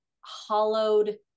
hollowed